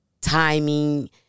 timing